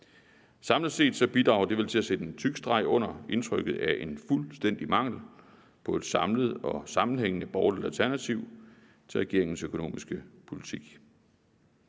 Samlet set bidrager det vel til at sætte en tyk streg under indtrykket af en fuldstændig mangel på et samlet og sammenhængende borgerligt alternativ til regeringens økonomiske politik.